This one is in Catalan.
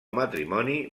matrimoni